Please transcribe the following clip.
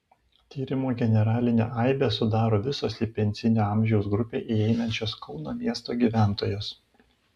tyrimo generalinę aibę sudaro visos į pensinio amžiaus grupę įeinančios kauno miesto gyventojos